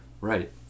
Right